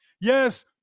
Yes